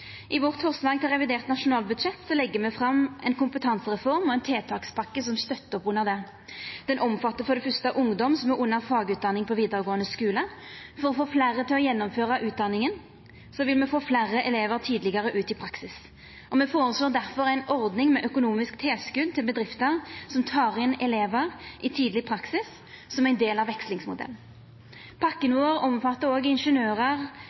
i budsjetta våre. I vårt forslag til revidert nasjonalbudsjett legg me fram ei kompetansereform og ein tiltakspakke som støttar opp under ho. Pakken omfattar for det første ungdom som er under fagutdanning på vidaregåande skule, for å få fleire til å gjennomføra utdanninga, slik at me får fleire elevar tidlegare ut i praksis. Me føreslår difor ei ordning med økonomisk tilskot til bedrifter som tek inn elevar i tidleg praksis som ein del av vekslingsmodellen.